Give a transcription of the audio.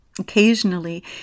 Occasionally